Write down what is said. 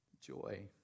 joy